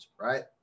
right